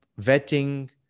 vetting